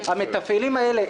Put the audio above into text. המתפעלים האלה,